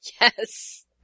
Yes